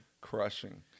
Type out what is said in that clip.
Crushing